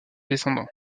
descendants